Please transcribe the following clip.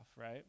right